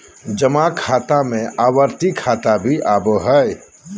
जमा खाता में आवर्ती खाता भी आबो हइ